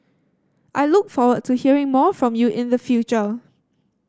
I look forward to hearing more from you in the future